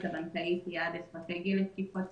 הבנקאית היא יעד אסטרטגי לתקיפות סייבר,